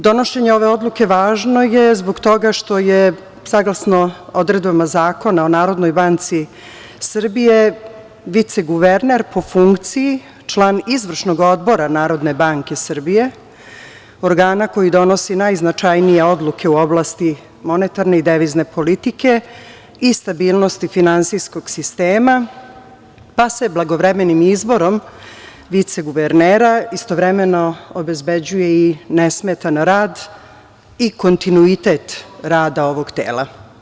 Donošenje ove odluke važno je zbog toga što je saglasno odredbama Zakona o NBS viceguverner po funkciji član Izvršnog odbora NBS, organa koji donosi najznačajnije odluke u oblasti monetarne i devizne politike i stabilnosti finansijskog sistema pa se blagovremenim izborom viceguvernera istovremeno obezbeđuje i nesmetan rad i kontinuitet rada ovog tela.